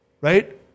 right